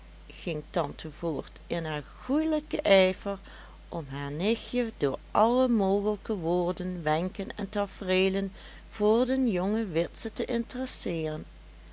ging tante voort in haar goelijken ijver om haar nichtje door alle mogelijke woorden wenken en tafereelen voor den jongen witse te interesseeren